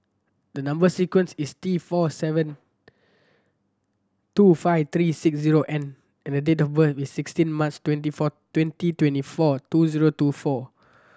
the number sequence is T four seven two five three six zero N and date of birth is sixteen March twenty four twenty twenty four two zero two four